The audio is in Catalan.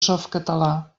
softcatalà